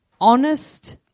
honest